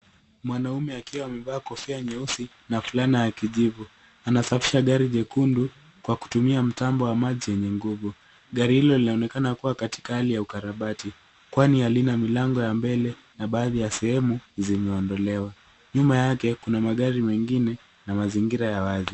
Mwanaume akiwa amevaa kofia nyeusi na fulana ya kijivu. Anasafisha gari jekundu kwa kutumia mtambo wa maji yenye nguvu. Gari hilo linaonekana kuwa katika hali ya ukarabati, kwani halina milango ya mbele na baadhi ya sehemu zimeondolewa. Nyuma yake kuna magari mengine na mazingira ya wazi.